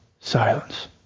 silence